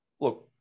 look